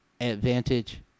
advantage